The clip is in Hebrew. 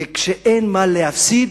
וכשאין מה להפסיד